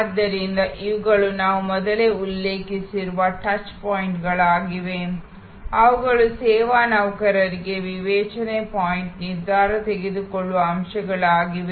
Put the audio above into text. ಆದ್ದರಿಂದ ಇವುಗಳು ನಾವು ಮೊದಲೇ ಉಲ್ಲೇಖಿಸಿರುವ ಟಚ್ ಪಾಯಿಂಟ್ಗಳಾಗಿವೆ ಅವುಗಳು ಸೇವಾ ನೌಕರರಿಗೆ ವಿವೇಚನೆ ಪಾಯಿಂಟ್ ನಿರ್ಧಾರ ತೆಗೆದುಕೊಳ್ಳುವ ಅಂಶಗಳಾಗಿವೆ